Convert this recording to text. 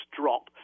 drop